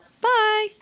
Bye